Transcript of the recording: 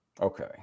Okay